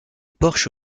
porche